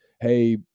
hey